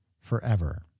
forever